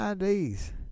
IDs